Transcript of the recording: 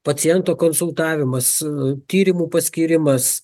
paciento konsultavimas tyrimu paskyrimas